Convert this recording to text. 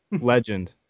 legend